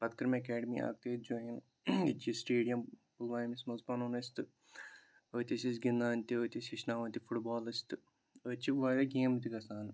پَتہٕ کٔر مےٚ اِکیڈمی اَکھ ییٚتہِ جوایِن ییٚتہِ چھِ سِٹیڈیَم پُلوٲمِس منٛز پَنُن اَسہِ تہٕ أتۍ ٲسۍ أسۍ گِنٛدان تہِ أسۍ ٲسۍ أسۍ ہیٚچھناوان تہِ فُٹ بال اَسہِ تہٕ أتۍ چھِ وارِیاہ گیمہٕ تہِ گژھان